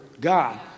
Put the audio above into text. God